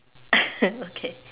okay